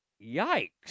yikes